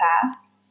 past